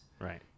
Right